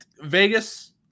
Vegas